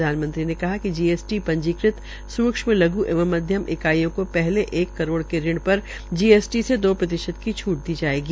प्रधानमंत्री ने कहा कि जीएसटी पंजीकृत सूक्षम लघु एवं मध्यम इकाइयों को पहले एक करोड़ के ऋण पर जीएसटी से दो प्रतिशत की छूट दी जायेगी